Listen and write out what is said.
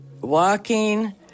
walking